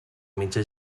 mitja